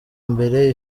mbere